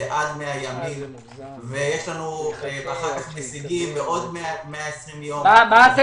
יש לי מקרים שהזמן עבר ואפילו השגות של מעל 120 יום שאפילו